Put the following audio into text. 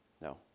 no